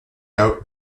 out